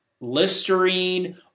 listerine